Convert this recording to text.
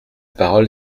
parole